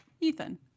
ethan